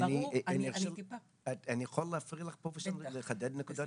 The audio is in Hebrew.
אני יכול להפריע לך פה רק כדי לחדד איזו נקודה?